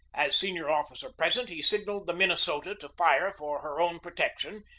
as senior officer present he signalled the minnesota to fire for her own protec tion,